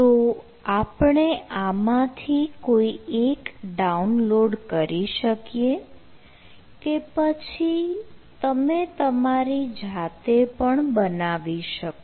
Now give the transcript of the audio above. તો આપણે આમાંથી કોઈ એક ડાઉનલોડ કરી શકીએ કે પછી તમે તમારી જાતે પણ બનાવી શકો